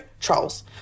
trolls